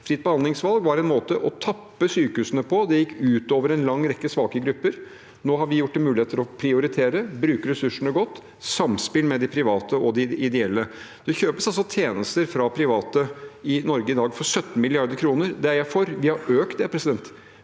Fritt behandlingsvalg var en måte å tappe sykehusene på, og det gikk ut over en lang rekke svake grupper. Nå har vi gjort det mulig å prioritere, bruke ressursene godt og i samspill med de private og de ideelle. Det kjøpes altså tjenester fra private i Norge i dag for 17 mrd. kr. Det er jeg for. Vi har økt det, vi ønsker